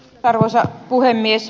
arvoisa puhemies